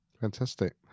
fantastic